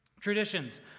Traditions